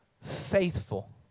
faithful